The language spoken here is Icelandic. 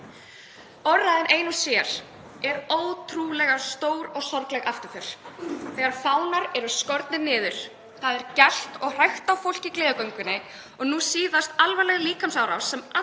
Orðræðan ein og sér er ótrúlega stór og sorgleg afturför. Þegar fánar eru skornir niður, það er gelt og hrækt á fólk í gleðigöngunni og nú síðast alvarleg líkamsárás sem